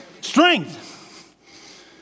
strength